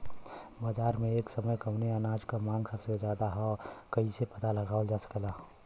बाजार में एक समय कवने अनाज क मांग सबसे ज्यादा ह कइसे पता लगावल जा सकेला?